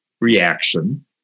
reaction